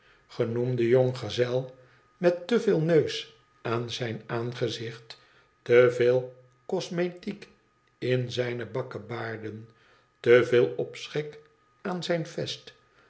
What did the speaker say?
genoemde jonggezel met te veel neus aan zijn aangezicht te veel cosmetiek in zijne bakkebaarden te veel opschik aan zijn vest